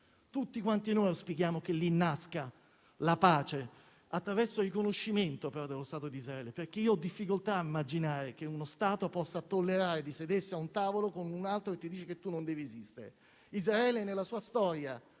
Tutti noi speriamo che lì nasca la pace, ma attraverso il riconoscimento dello Stato d'Israele, perché ho difficoltà a immaginare che uno Stato possa tollerare di sedersi a un tavolo con un altro che sostiene che non dovrebbe esistere. Israele, nella sua storia